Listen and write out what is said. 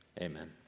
Amen